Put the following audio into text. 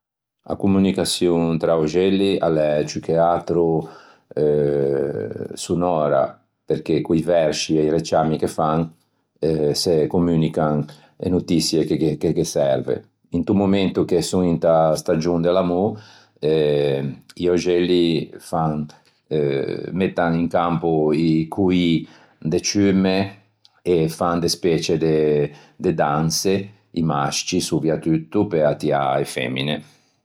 A communicaçion tra oxelli al'é ciù che atro sonora perché co-i versci e i reciammi che fan eh se communican e notissie che ghe serve. Into momento che son inta stagion de l'amô eh i oxelli fan, mettan in campo i coî de ciumme e fan de specie de danse i mascci soviatutto pe attiâ e femine.